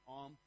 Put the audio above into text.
on